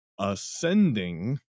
ascending